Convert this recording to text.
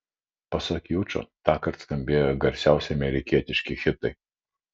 pasak jučo tąkart skambėjo garsiausi amerikietiški hitai